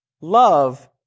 Love